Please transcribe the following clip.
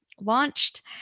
launched